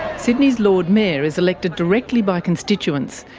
sydney's lord mayor is elected directly by constituents,